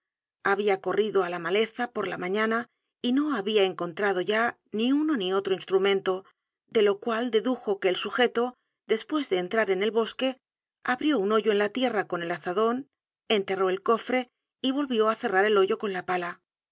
habia corrido á la maleza por la mañana y no habia encontrado ya ni uno ni otro instrumento de lo cual dedujo que el sugeto despues de entrar en el bosque abrió un hoyo en la tierra con el azadon enterró el cofre y volvió á cerrar el hoyo con la pala